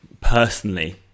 personally